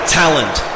talent